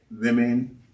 women